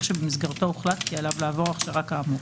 שבמסגרתו הוחלט כי עליו לעבור הכשרה כאמור.